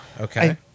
Okay